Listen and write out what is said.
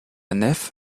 nef